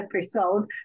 episode